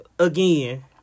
Again